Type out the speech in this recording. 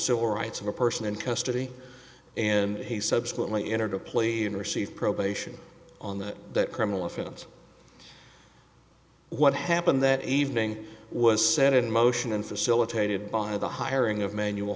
civil rights of a person in custody and he subsequently entered a plea and receive probation on that that criminal offense what happened that evening was set in motion and facilitated by the hiring of manual